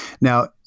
Now